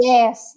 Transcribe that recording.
Yes